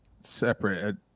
separate